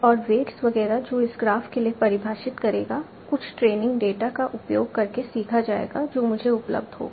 और वेट्स वगैरह जो इस ग्राफ़ के लिए परिभाषित करेगा कुछ ट्रेनिंग डेटा का उपयोग करके सीखा जाएगा जो मुझे उपलब्ध होगा